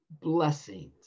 blessings